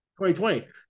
2020